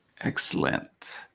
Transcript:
Excellent